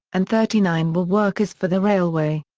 and thirty nine were workers for the railway.